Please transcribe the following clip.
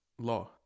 Law